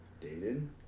dated